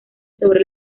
sobre